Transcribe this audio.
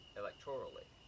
electorally